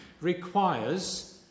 requires